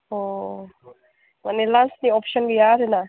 अ माने लान्सनि अपस'न गैया आरोना